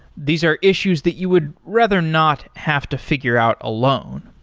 these are issues that you would rather not have to figure out alone.